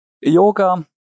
yoga